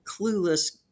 clueless